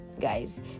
guys